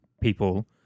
people